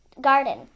Garden